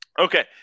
okay